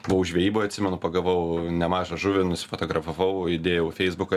buvau žvejyboj atsimenu pagavau nemažą žuvį nusifotografavau įdėjau į feisbuką